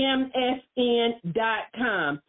msn.com